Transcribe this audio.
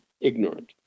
ignorant